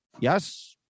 yes